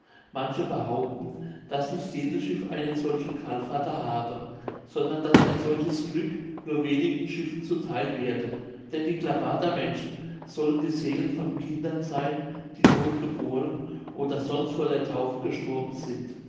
manche behaupten daß nicht jedes schiff einen solchen kalfater habe sondern daß ein solches glück nur wenigen schiffen zu theil werde denn die klabatermännchen sollen die seelen von kindern seyn die todt geboren oder sonst vor der taufe gestorben sind